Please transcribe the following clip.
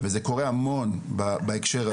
וזה קורה המון בהקשר הזה.